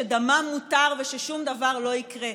שדמם מותר וששום דבר לא יקרה.